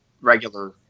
regular